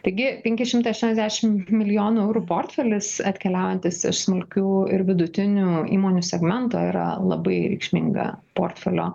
taigi penki šimtai šešdešim milijonų eurų portfelis atkeliaujantis iš smulkių ir vidutinių įmonių segmento yra labai reikšminga portfelio